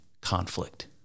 conflict